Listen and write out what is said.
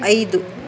ಐದು